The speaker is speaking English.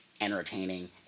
entertaining